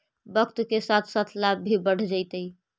वक्त के साथ साथ लाभ भी बढ़ जतइ